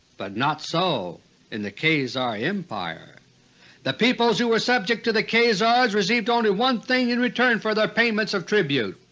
but not so in the khazar empire the peoples who were subject to the khazars received only one thing in return for their payments of tribute,